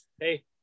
Hey